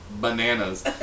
bananas